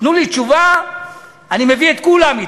תנו לי תשובה, אני מביא את כולם אתי.